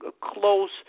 close